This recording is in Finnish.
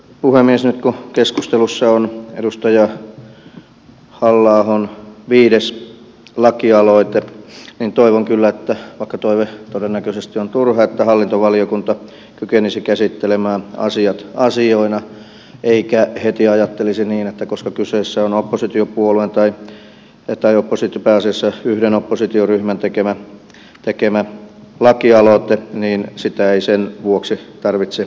nyt kun keskustelussa on edustaja halla ahon viides lakialoite toivon kyllä vaikka toive todennäköisesti on turha että hallintovaliokunta kykenisi käsittelemään asiat asioina eikä heti ajattelisi niin että koska kyseessä on pääasiassa yhden oppositioryhmän tekemä lakialoite niin sitä ei sen vuoksi tarvitse edistää